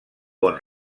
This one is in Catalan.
bon